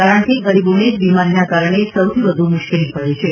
કારણ કે ગરીબોને જ બીમારીના કારણે સૌથી વધુ મુશ્કેલી પડે છે